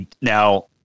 Now